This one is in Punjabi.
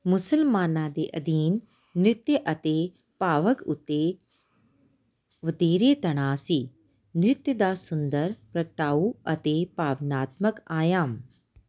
ਮੁਸਲਮਾਨਾਂ ਦੇ ਅਧੀਨ ਨ੍ਰਿਤਿਆ ਅਤੇ ਭਾਵਗ ਉੱਤੇ ਵਧੇਰੇ ਤਣਾਅ ਸੀ ਨ੍ਰਿਤ ਦਾ ਸੁੰਦਰ ਪ੍ਰਗਟਾਊ ਅਤੇ ਭਾਵਨਾਤਮਕ ਆਯਾਮ